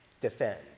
defend